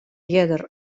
earder